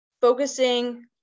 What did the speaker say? focusing